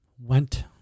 went